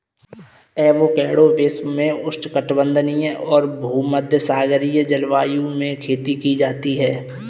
avocado विश्व में उष्णकटिबंधीय और भूमध्यसागरीय जलवायु में खेती की जाती है